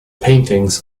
paintings